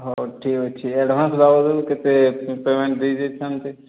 ହେଉ ଠିକ ଅଛି ଆଡ଼ଭାନ୍ସ ବାବଦକୁ କେତେ ପେମେଣ୍ଟ ଦେଇଦେଇଥାନ୍ତେ